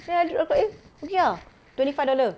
then aku ro~ ko~ eh okay ah twenty five dollar